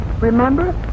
Remember